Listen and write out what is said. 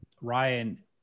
Ryan